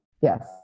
Yes